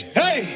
hey